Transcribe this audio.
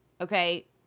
Okay